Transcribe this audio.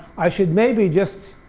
i should maybe just